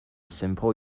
simple